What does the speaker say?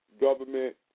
government